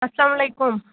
اَسلام علیکُم